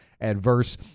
adverse